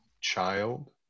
Child